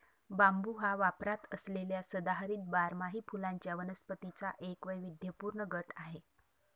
बांबू हा वापरात असलेल्या सदाहरित बारमाही फुलांच्या वनस्पतींचा एक वैविध्यपूर्ण गट आहे